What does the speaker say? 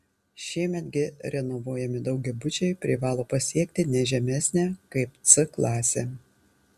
šiemet gi renovuojami daugiabučiai privalo pasiekti ne žemesnę kaip c klasę